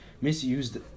misused